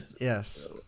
Yes